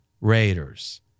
Raiders